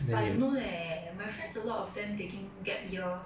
but I don't know leh my friends a lot of them taking gap year